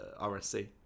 RSC